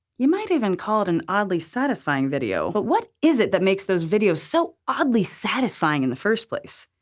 you might even call it an oddly satisfying video. but what is it that makes those videos so oddly satisfying in the first place?